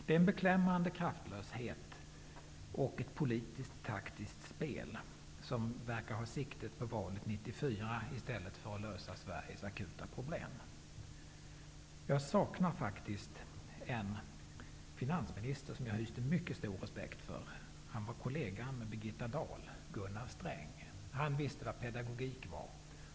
Det är en skrämmande kraftlöshet och ett poli tiskt taktiskt spel som verkar ha siktet på valet 1994 i stället för att lösa Sveriges akuta problem. Jag saknar faktiskt en finansminister som jag hyste mycket stor respekt för, en partikamrat till Birgitta Dahl, nämligen Gunnar Sträng. Han visste vad pedagogik var.